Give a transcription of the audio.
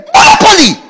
Monopoly